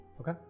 Okay